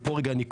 ופה אני קוטע,